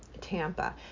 tampa